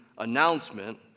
Announcement